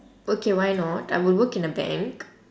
okay why not I would work in a bank